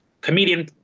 comedian